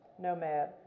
Nomad